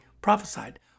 prophesied